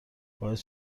باعث